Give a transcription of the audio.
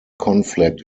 conflict